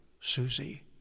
Susie